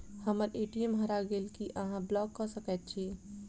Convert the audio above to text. हम्मर ए.टी.एम हरा गेल की अहाँ ब्लॉक कऽ सकैत छी?